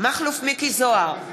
מכלוף מיקי זוהר,